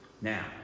Now